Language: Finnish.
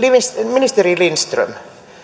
ministeri lindström